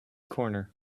corner